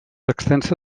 extensa